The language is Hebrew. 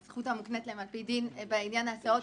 הזכות המוקנית להם על פי דין בעניין ההסעות,